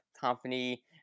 company